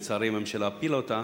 ולצערי הממשלה הפילה אותה: